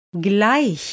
Gleich